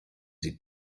sie